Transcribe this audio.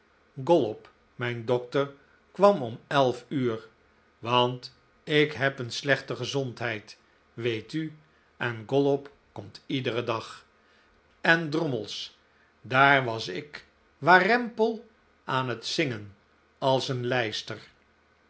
mijn dokter kwam om elf uur want ik heb een slechte gezondheid weet u en gollop komt iederen dag en drommels daar was ik warempel aan het zingen als een lijster